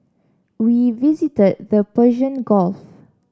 we visited the Persian Gulf